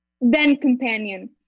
then-companion